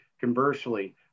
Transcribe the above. Conversely